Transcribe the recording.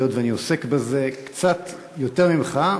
היות שאני עוסק בזה קצת יותר ממך,